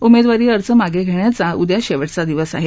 उमेदवारी अर्ज मागे घेण्याचा उद्या शेवटचा दिवस आहे